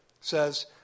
says